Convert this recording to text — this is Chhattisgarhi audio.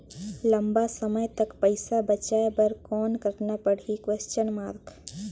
लंबा समय तक पइसा बचाये बर कौन करना पड़ही?